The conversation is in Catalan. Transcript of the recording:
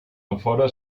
enfora